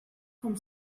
com